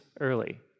early